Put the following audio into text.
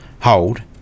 hold